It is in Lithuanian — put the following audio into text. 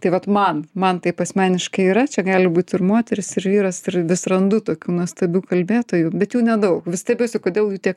tai vat man man taip asmeniškai yra čia gali būt ir moteris ir vyras ir vis randu tokių nuostabių kalbėtojų bet jų nedaug vis stebiuosi kodėl jų tiek